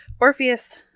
Orpheus